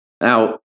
Now